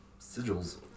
sigils